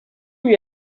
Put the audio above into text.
lui